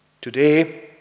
Today